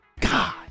God